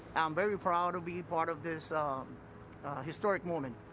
i'm very proud to be part of this um historic moment.